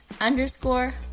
underscore